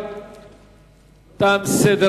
נתקבלה.